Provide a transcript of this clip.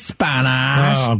Spanish